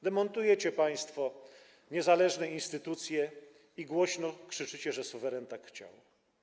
Demontujecie państwo niezależne instytucje i głośno krzyczycie, że suweren tak chciał.